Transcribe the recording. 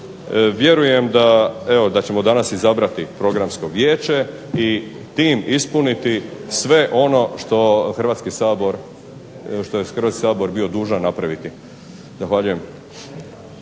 vjerujem da ćemo danas izabrati Programsko vijeće HRTV-e i tim ispuniti sve ono što je Hrvatski sabor bio dužan napraviti.